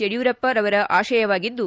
ಯಡಿಯೂರಪ್ಪ ರವರ ಆಶಯವಾಗಿದ್ದು